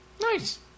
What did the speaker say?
Nice